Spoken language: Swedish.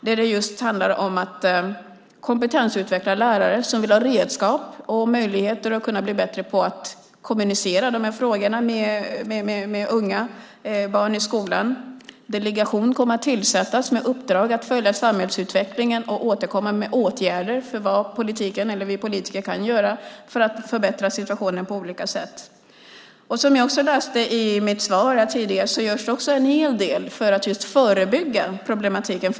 Det handlar just om att kompetensutveckla lärare som vill ha redskap och möjligheter att bli bättre på att kommunicera de här frågorna med unga och barn i skolan. En delegation kommer att tillsättas med uppdrag att följa samhällsutvecklingen och återkomma med åtgärder för vad vi politiker kan göra för att förbättra situationen på olika sätt. Som jag läste upp i mitt svar tidigare görs det också en hel del just för att förebygga problematiken.